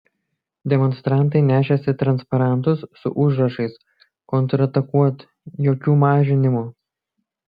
demonstrantai nešėsi transparantus su užrašais kontratakuot jokių mažinimų